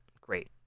Great